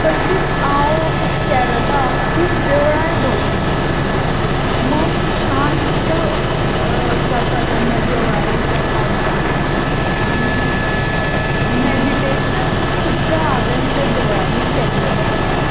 तशीच हांव कॅरला खूब देवळांय भोंवलीं मन शांत जाता जेन्ना देवळांनी त्या पावता आनी मेडीटेशन सुद्दां हांवें त्या देवळांनी केल्लेलें आसा